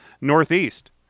northeast